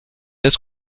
das